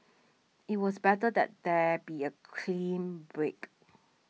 it was better that there be a clean break